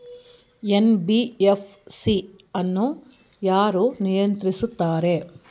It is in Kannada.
ಎನ್.ಬಿ.ಎಫ್.ಸಿ ಅನ್ನು ಯಾರು ನಿಯಂತ್ರಿಸುತ್ತಾರೆ?